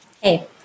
Hey